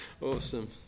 Awesome